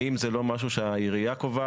האם סדר הפעולות זה לא משהו שהעירייה קובעת